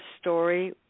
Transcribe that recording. story